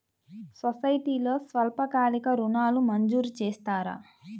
సొసైటీలో స్వల్పకాలిక ఋణాలు మంజూరు చేస్తారా?